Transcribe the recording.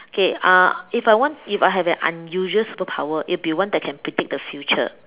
okay uh if I want if I have an unusual superpower it'll be one that can predict the future